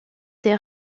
des